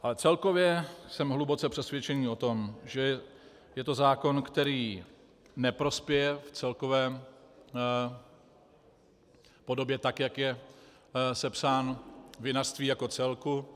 Ale celkově jsem hluboce přesvědčený o tom, že je to zákon, který neprospěje v celkové podobě, tak jak je sepsán, vinařství jako celku.